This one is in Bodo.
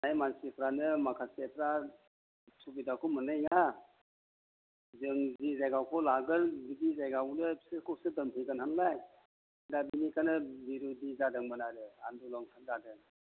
थानाय मानसिफ्रानो माखासेफ्रा सुबिदाखौ मोननाय नङा जों जि जायगाखौ लागोन बिदि जायगायावनो बिसोरखौसो दोनफैबाय नालाय दा बेनिखायनो बिरुदि जादोंमोन आरो आन्दलन जादों